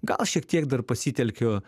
gal šiek tiek dar pasitelkiu